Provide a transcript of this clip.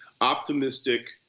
optimistic